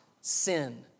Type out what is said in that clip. sin